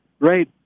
Right